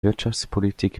wirtschaftspolitik